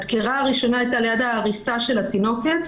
הדקירה הראשונה הייתה ליד העריסה של התינוקת,